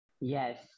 Yes